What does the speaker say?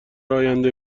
آینده